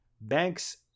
Banks